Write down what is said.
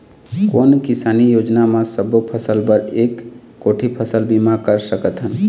कोन किसानी योजना म सबों फ़सल बर एक कोठी फ़सल बीमा कर सकथन?